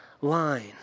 line